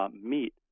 meet